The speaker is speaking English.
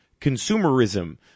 Consumerism